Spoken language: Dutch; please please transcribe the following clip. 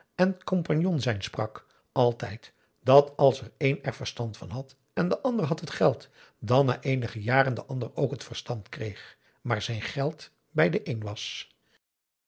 en compagnon zijn sprak altijd dat als één er verstand van had en de ander had het geld dan na eenige jaren de ander ook het verstand kreeg maar zijn geld bij den een